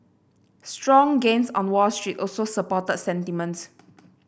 strong gains on Wall Street also supported sentiment